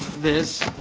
this